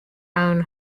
own